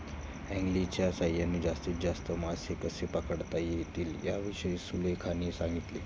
अँगलिंगच्या सहाय्याने जास्तीत जास्त मासे कसे पकडता येतील याविषयी सुलेखाने सांगितले